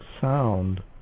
sound